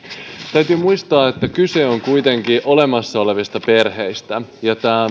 täytyy muistaa että kyse on kuitenkin olemassa olevista perheistä ja tämä